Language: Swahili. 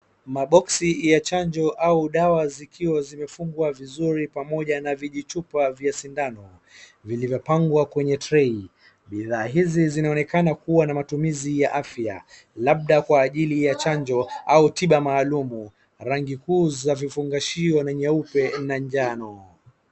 Maboksi ya chanjo au dawa zikiwa zimefungwa vizuri pamoja na vijichupa vya sindano vilivyopangwa kwenye trai. Bidhaa hizi zinaonekana kuwa na matumizi ya afya labda kwa ajili ya chanjo au tiba maalum. Rangi kuu za vifungashio ni nyeupe na njano.